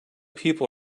people